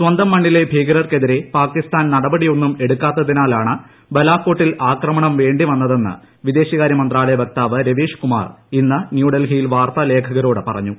സ്വന്തം മണ്ണിലെ ഭീകരകർക്കെതിരെ പാകിസ്മാൻ നടപടിയൊന്നും എടുക്കാത്തിനാലാണ് പ്രക ബാലാകോട്ടിൽ ആക്രമണം വേ ിവന്നതെന്ന് വിദ്ദേശ്കാര്യമന്ത്രാലയ വക്താവ് രവീഷ് കുമാർ ഇന്ന് ന്യൂഡൽഹിയിൽ വാർത്താ ലേഖകരോട് പറഞ്ഞു